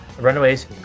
Runaways